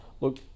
look